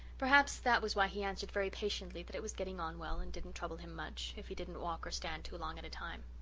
perhaps that was why he answered very patiently that it was getting on well and didn't trouble him much, if he didn't walk or stand too long at a time.